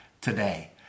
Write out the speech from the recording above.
today